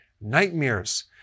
nightmares